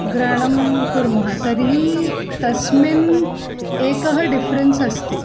ग्रहणं कुर्मः तर्हि तस्मिन् एकः डिफ़्रेन्स् अस्ति